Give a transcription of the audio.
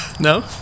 No